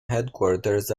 headquarters